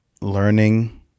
Learning